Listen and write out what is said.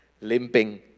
Limping